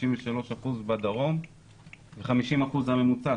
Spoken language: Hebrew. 63% בדרום ו-50% בממוצע,